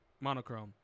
monochrome